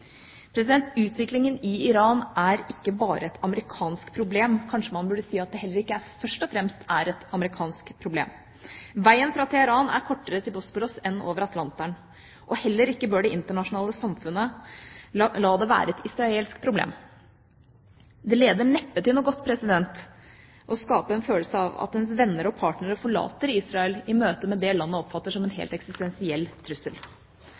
Utviklingen i Iran er ikke bare et amerikansk problem, kanskje man burde si at det heller ikke først og fremst er et amerikansk problem. Veien fra Teheran er kortere til Bosporos enn over Atlanteren. Heller ikke bør det internasjonale samfunnet la det være et israelsk problem. Det leder neppe til noe godt å skape en følelse av at ens venner og partnere forlater Israel i møtet med det landet oppfatter som en helt eksistensiell trussel.